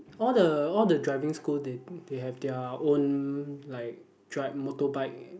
all the all the driving school they they have their own like dri~ motorbike